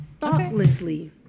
Thoughtlessly